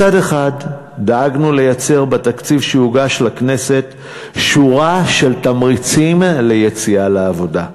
מצד אחד דאגנו לייצר בתקציב שהוגש לכנסת שורה של תמריצים ליציאה לעבודה,